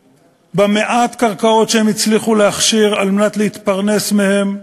ובמעט הקרקעות שהם הצליחו להכשיר על מנת להתפרנס מהן,